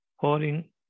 pouring